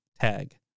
tag